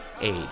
aid